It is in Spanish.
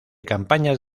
campañas